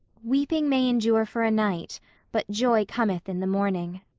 weeping may endure for a night but joy cometh in the morning.